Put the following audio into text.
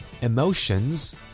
emotions